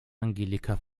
angelika